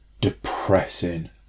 depressing